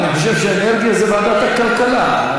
אני חושב שאנרגיה זה ועדת הכלכלה.